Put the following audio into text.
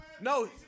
No